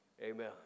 Amen